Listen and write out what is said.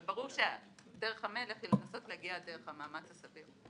אבל ברור שדרך המלך היא לנסות להגיע דרך המאמץ הסביר.